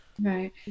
Right